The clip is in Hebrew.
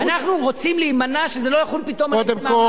אנחנו רוצים להימנע כך שזה לא יחול פתאום על מעמד הביניים.